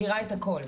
מכירה את הכל,